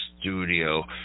studio